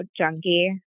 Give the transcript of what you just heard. junkie